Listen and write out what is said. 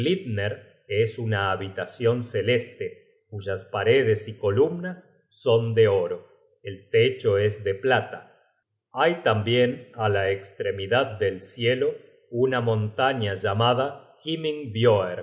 es una habitacion celeste cuyas paredes y columnas son de oro el techo es de plata hay tambien á la estremidad del cielo una montaña llamada